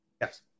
yes